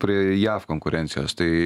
prie jav konkurencijos tai